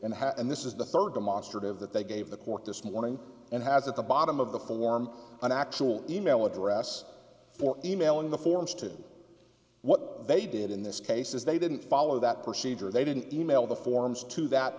how and this is the third demonstrative that they gave the court this morning and has at the bottom of the form an actual e mail address for e mail in the forms to what they did in this case is they didn't follow that procedure they didn't e mail the forms to that